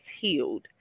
healed